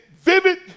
vivid